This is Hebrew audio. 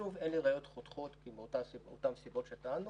שוב אין לי ראיות חותכות מאותן סיבות שטענו.